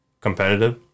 competitive